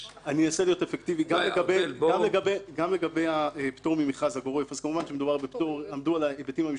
גם לגבי הפטור מהמכרז הגורף עמדו על ההיבטים המשפטיים